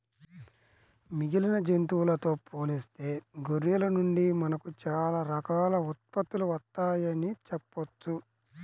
మిగిలిన జంతువులతో పోలిస్తే గొర్రెల నుండి మనకు చాలా రకాల ఉత్పత్తులు వత్తయ్యని చెప్పొచ్చు